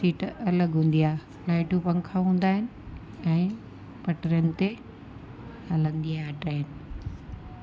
seat अलॻि हूंदी आहे लाइटियूं पंखा हूंदा आहिनि ऐं पटरीनि ते हलंदी आहे ट्रेन